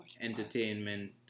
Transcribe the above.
entertainment